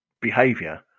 behavior